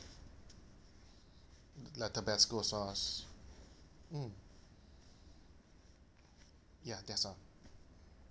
like tabasco sauce mm ya that's all